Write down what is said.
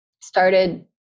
started